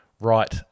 right